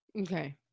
Okay